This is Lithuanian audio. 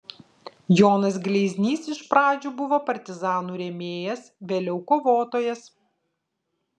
jonas gleiznys iš pradžių buvo partizanų rėmėjas vėliau kovotojas